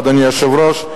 אדוני היושב-ראש,